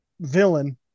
villain